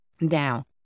Now